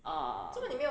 err